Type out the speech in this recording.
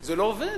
זה לא עובד,